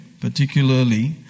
particularly